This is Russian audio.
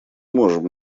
можем